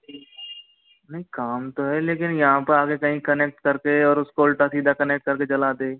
नहीं काम तो है लेकिन यहाँ पर आकर कहीं कनेक्ट कर दे और उसको उल्टा सीधा कनेक्ट करके चला दे